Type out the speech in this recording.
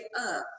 up